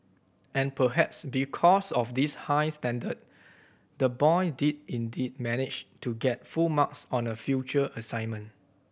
and perhaps because of this high standard the boy did indeed manage to get full marks on a future assignment